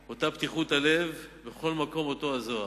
אותה פתיחות הלב, בכל מקום אותו הזוהר.